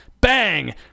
Bang